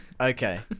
Okay